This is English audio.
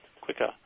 quicker